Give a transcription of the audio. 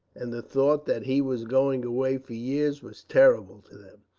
and the thought that he was going away for years was terrible to them.